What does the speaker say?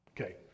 Okay